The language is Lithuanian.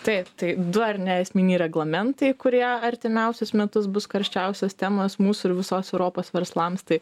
taip tai du ar ne esminiai reglamentai kurie artimiausius metus bus karščiausios temos mūsų ir visos europos verslams tai